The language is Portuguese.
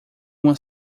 uma